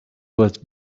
was